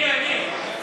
אני, אני.